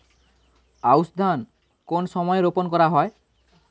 আউশ ধান কোন সময়ে রোপন করা হয়?